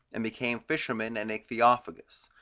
and became fishermen and ichthyophagous.